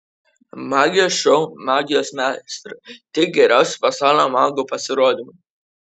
magijos šou magijos meistrai tik geriausi pasaulio magų pasirodymai